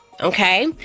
okay